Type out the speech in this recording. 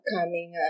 upcoming